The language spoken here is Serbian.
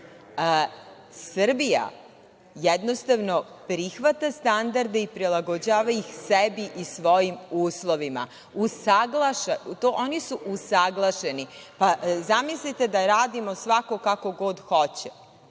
Srbija jednostavno prihvata standarde i prilagođava ih sebi i svojim uslovima. Oni su usaglašeni. Zamislite da radimo svako kako god hoće.